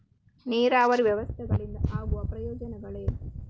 ನೀರಾವರಿ ವ್ಯವಸ್ಥೆಗಳಿಂದ ಆಗುವ ಪ್ರಯೋಜನಗಳೇನು?